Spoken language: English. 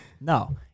No